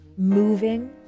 moving